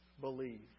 believe